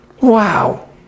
Wow